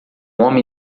homem